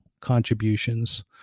contributions